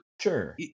sure